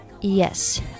Yes